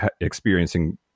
experiencing